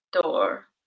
door